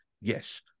yes